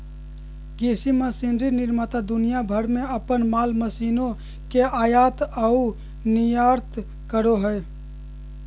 कृषि मशीनरी निर्माता दुनिया भर में अपन माल मशीनों के आयात आऊ निर्यात करो हइ